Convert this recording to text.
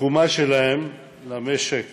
התרומה שלהם למשק